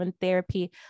therapy